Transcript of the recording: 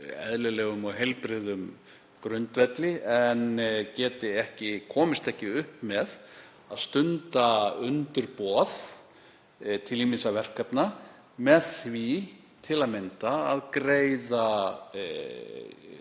eðlilegum og heilbrigðum grundvelli en komist ekki upp með að stunda undirboð til ýmissa verkefna með því til að mynda að greiða